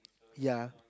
ya